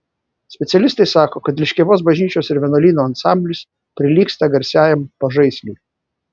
specialistai sako kad liškiavos bažnyčios ir vienuolyno ansamblis prilygsta garsiajam pažaisliui